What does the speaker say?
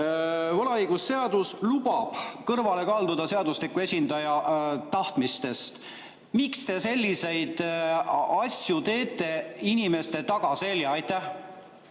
võlaõigusseadus lubab kõrvale kalduda seadusliku esindaja tahtmistest. Miks te selliseid asju teete inimeste tagaselja? Palun